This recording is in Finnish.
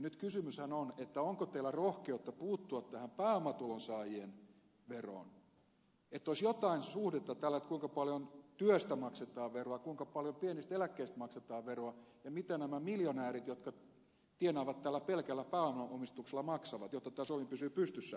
nyt kysymyshän on siitä onko teillä rohkeutta puuttua tähän pääomatulonsaajien veroon että olisi jotain suhdetta tällä kuinka paljon työstä maksetaan veroa kuinka paljon pienistä eläkkeistä maksetaan veroa ja mitä nämä miljonäärit jotka tienaavat pelkällä pääomaomistuksella maksavat jotta tämä suomi pysyy pystyssä